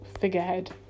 figurehead